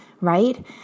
right